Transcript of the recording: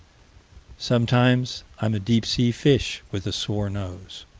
sometimes i'm a deep-sea fish with a sore nose.